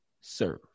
serve